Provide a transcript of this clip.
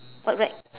what rack